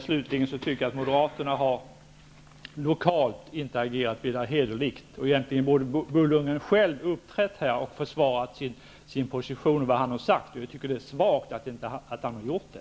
Slutligen tycker jag att Moderaterna lokalt inte har agerat vidare hederligt, och egentligen borde Bo Lundgren själv ha uppträtt här och försvarat vad han har sagt. Jag tycker att det är svagt att han inte har gjort det.